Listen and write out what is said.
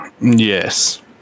Yes